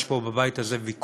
יש פה בבית ויכוח.